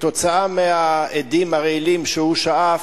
כתוצאה מהאדים הרעילים שהוא שאף,